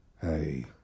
hey